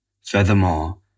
Furthermore